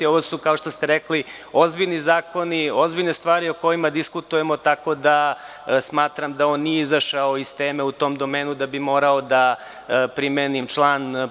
Ovo su, kao što ste rekli, ozbiljni zakoni, ozbiljne stvari o kojima diskutujemo, tako da smatram da on nije izašao iz teme u tom domenu, da bi morao da primenim član 108.